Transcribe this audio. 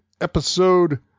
episode